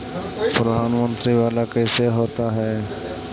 प्रधानमंत्री मंत्री वाला कैसे होता?